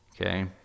Okay